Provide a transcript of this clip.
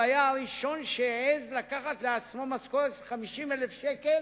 הוא היה הראשון שהעז לקחת לעצמו משכורת של 50,000 שקל,